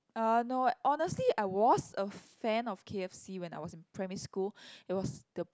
uh no honestly I was a fan of K_f_C when I was in primary school it was the